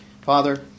Father